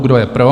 Kdo je pro?